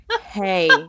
Hey